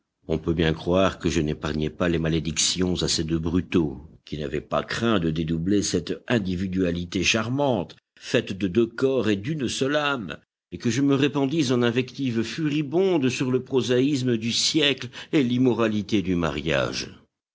on peut bien croire que je n'épargnai pas les malédictions à ces deux brutaux qui n'avaient pas craint de dédoubler cette individualité charmante faite de deux corps et d'une seule âme et que je me répandis en invectives furibondes sur le prosaïsme du siècle et l'immoralité du mariage